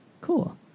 Cool